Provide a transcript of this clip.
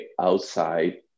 outside